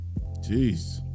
jeez